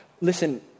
listen